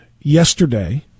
yesterday